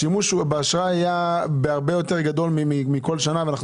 השימוש באשראי היה גדול הרבה יותר מאשר בכל שנה ואנחנו